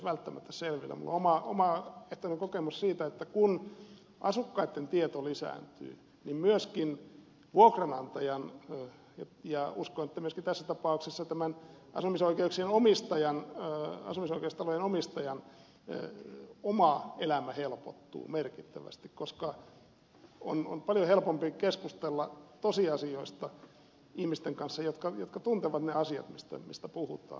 minulla on omakohtainen kokemus siitä että kun asukkaitten tieto lisääntyy niin myöskin vuokranantajan ja uskon että myöskin tässä tapauksessa tämän asumisoikeustalojen omistajan oma elämä helpottuu merkittävästi koska on paljon helpompi keskustella tosiasioista sellaisten ihmisten kanssa jotka tuntevat ne asiat tietävät mistä puhutaan